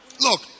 Look